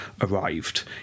arrived